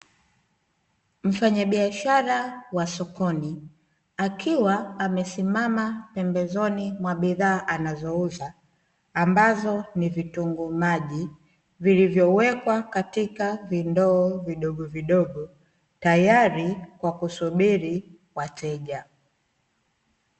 Mfanyabiashara wa sokoni akiwa amesimama mbele ya bidhaa anazouza, ambazo ni vitunguu maji vilivyowekwa katika vindoo vidogovidogo, tayari kwa kusubiri wateja.